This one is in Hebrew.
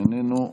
איננו,